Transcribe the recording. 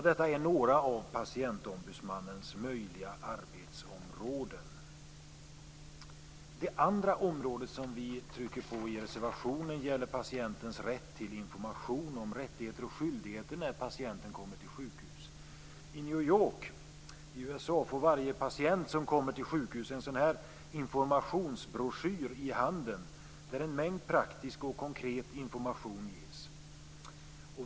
Detta är några av patientombudsmannens möjliga arbetsområden. Det andra området som vi trycker på i reservationen gäller patientens rätt till information om rättigheter och skyldigheter när patienten kommer till sjukhus. I New York i USA får varje patient som kommer till sjukhus en informationsbroschyr i handen, där en mängd praktisk och konkret information ges.